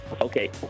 Okay